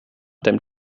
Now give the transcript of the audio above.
dem